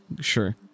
Sure